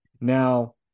Now